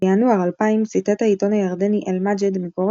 בינואר 2000 ציטט העיתון הירדני "אל מג'ד" מקורות